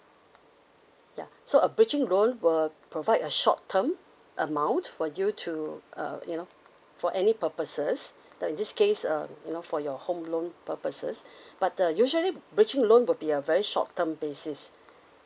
ya so a breaching loan will provide a short term amount for you to uh you know for any purposes uh in this case um you know for your home loan purposes but uh usually breaching loan would be a very short term basis